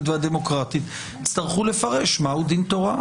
והדמוקרטית יצטרכו לפרש מהו דין תורה.